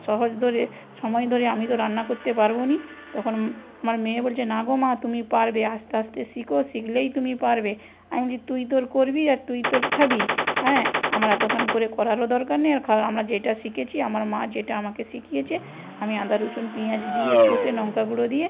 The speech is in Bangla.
সহজ ধরে সময় ধরে আমি তো রান্না করতে পারব না তখন আমার মেয়ে বলছে না গো মা তুমি পারবে আস্তে আস্তে শেখো শিখলেই তুমি পারবে আমি তুই তোর করবি আর তুই তোর খাবি হ্যাঁ আমার এতক্ষণ করে করারও দরকার নেই আর খাওয়া আমরা যেটা শিখেছি আমার মা যেটা আমাকে শিখিয়েছে আমি আদা রসুন পিঁয়াজ দিয়ে কষে লঙ্কা গুঁড়ো দিয়ে